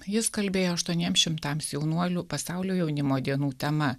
jis kalbėjo aštuoniems šimtams jaunuolių pasaulio jaunimo dienų tema